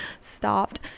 stopped